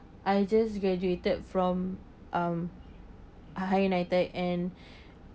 I just graduated from um higher nited and